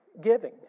giving